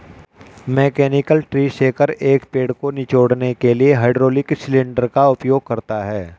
mechanical tree shaker, एक पेड़ को निचोड़ने के लिए हाइड्रोलिक सिलेंडर का उपयोग करता है